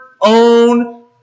own